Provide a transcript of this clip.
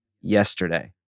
yesterday